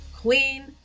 Queen